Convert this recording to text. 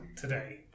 today